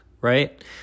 right